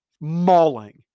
mauling